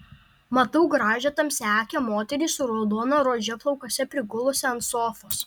matau gražią tamsiaakę moterį su raudona rože plaukuose prigulusią ant sofos